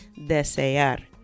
desear